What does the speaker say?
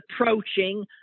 approaching